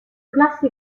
classi